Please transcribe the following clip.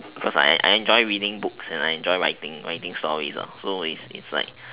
because I I enjoy reading books and I enjoy writing stories so it's like